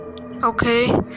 okay